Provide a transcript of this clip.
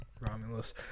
romulus